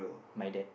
my dad